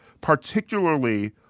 particularly